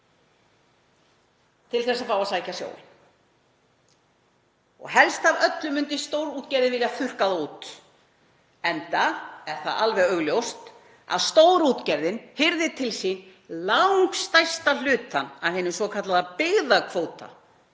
til þess að fá að sækja sjóinn og helst af öllu myndi stórútgerðin vilja þurrka þá út enda er það alveg augljóst að stórútgerðin hirðir til sín langstærsta hlutann af hinum svokallaða byggðakvóta